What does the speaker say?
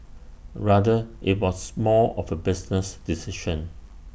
rather IT was more of A business decision